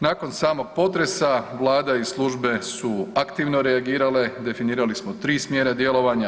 Nakon samog potresa vlada i službe su aktivno reagirale, definirali smo 3 smjera djelovanja.